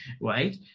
right